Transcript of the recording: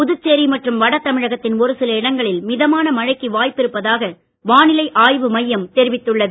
புதுச்சேரி மற்றும் வடதமிழகத்தின் ஒருசில இடங்களில் மிதமான மழைக்கு வாய்ப்பிருப்பதாக வானிலை ஆய்வு மையம் தெரிவித்துள்ளது